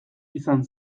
izan